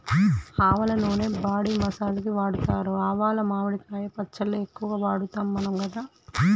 ఆవల నూనె body massage కి వాడుతారు ఆవాలు మామిడికాయ పచ్చళ్ళ ఎక్కువ వాడుతాం మనం కదా